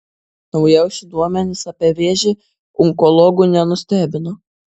naujausi duomenys apie vėžį onkologų nenustebino